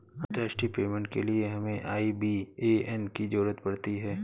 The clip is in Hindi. अंतर्राष्ट्रीय पेमेंट के लिए हमें आई.बी.ए.एन की ज़रूरत पड़ती है